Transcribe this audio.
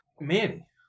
Manny